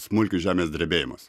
smulkius žemės drebėjimus